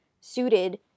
suited